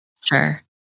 Sure